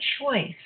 choice